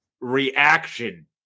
reaction